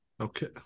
Okay